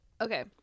Okay